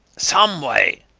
some way.